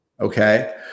Okay